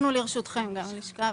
אנחנו לרשותכם, גם בלשכה.